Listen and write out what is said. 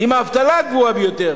עם האבטלה הגבוהה ביותר,